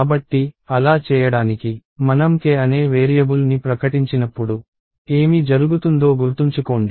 కాబట్టి అలా చేయడానికి మనం k అనే వేరియబుల్ని ప్రకటించినప్పుడు ఏమి జరుగుతుందో గుర్తుంచుకోండి